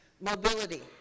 mobility